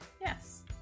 Yes